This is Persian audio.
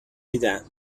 میدم